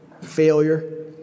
failure